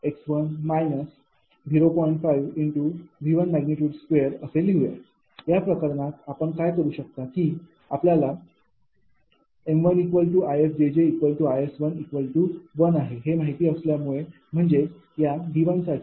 5।V।2 असे लिहूया या प्रकरणात आपण काय करू शकता की आपल्याला m1𝐼𝑆𝑗𝑗𝐼𝑆1 हे माहित असल्यामुळे म्हणजेच या 𝑉 साठी